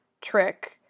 trick